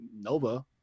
nova